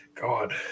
God